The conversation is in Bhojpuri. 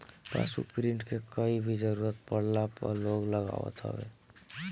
पासबुक प्रिंट के कहीं भी जरुरत पड़ला पअ लोग लगावत हवे